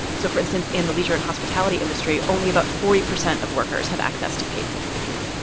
so, for instance, in the leisure and hospitality industry, only about forty percent of workers have access to paid sick leave.